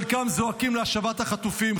חלקם זועקים להשבת החטופים,